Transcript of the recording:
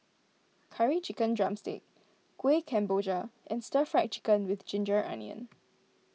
Curry Chicken Drumstick Kuih Kemboja and Stir Fried Chicken with Ginger Onions